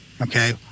okay